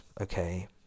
okay